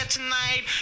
tonight